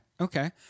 Okay